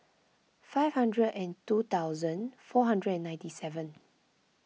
five hundred and two thousand four hundred and ninety seven